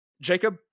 jacob